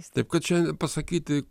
taip kad čia pasakyti